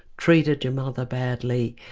treated your mother badly,